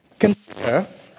Consider